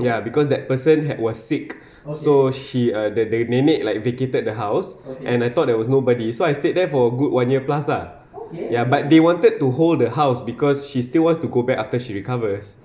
ya because that person had was sick so she uh the nenek like vacated the house and I thought there was nobody so I stayed there for good one year plus lah ya but they wanted to hold the house because she still wants to go back after she recovers